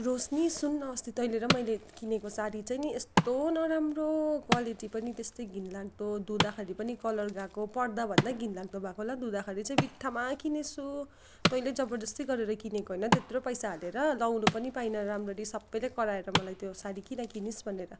रोशनी सुन् न अस्ति तैँले र मैले किनेको साडी चाहिँ नि यस्तो नराम्रो क्वालिटी पनि त्यस्तै घिनलाग्दो धुँदाखेरि पनि कलर गएको पर्दाभन्दा घिनलाग्दो भएको ल धुँदाखेरि चाहिँ बित्थामा किनेछु तैँले जबर्जस्ती गरेर किनेको होइन त्यत्रो पैसा हालेर लाउनु पनि पाइनँ राम्ररी सबैले कराएर मलाई त्यो साडी किन किनिस् भनेर